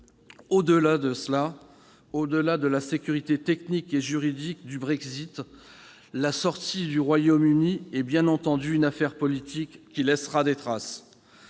le Royaume-Uni ? Au-delà de la sécurité technique et juridique du Brexit, la sortie du Royaume-Uni est bien entendu une affaire politique qui laissera des traces.